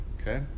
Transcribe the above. Okay